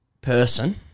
person